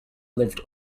lived